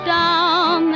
down